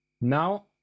now